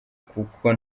kuko